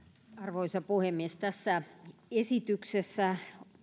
arvoisa puhemies tässä esityksessä